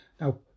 Now